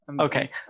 okay